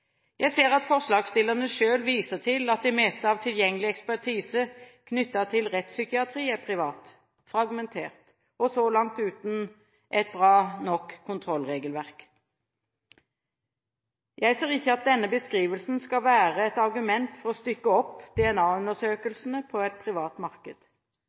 Jeg ser at forslagsstillerne selv viser til at det meste av tilgjengelig ekspertise knyttet til rettspsykiatri er privat, fragmentert og så langt uten et bra nok kontrollregelverk. Jeg ser ikke at denne beskrivelsen skal være et argument for å stykke opp DNA-undersøkelsene på et privat marked.